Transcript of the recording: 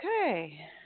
okay